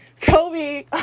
kobe